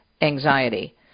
anxiety